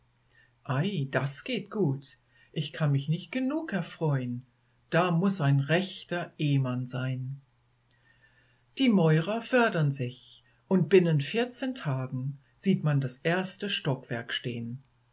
ei das geht gut ich kann mich nicht genug erfreun das muß ein rechter ehmann sein die mäurer fördern sich und binnen vierzehn tagen sieht man das erste stockwerk stehn